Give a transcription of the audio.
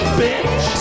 bitch